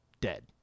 dead